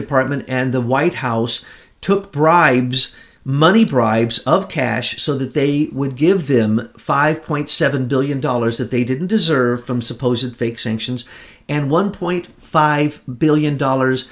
department and the white house took bribes money bribes of cash so that they would give them five point seven billion dollars that they didn't deserve from supposed fake sanctions and one point five billion dollars